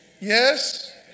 Yes